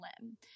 limb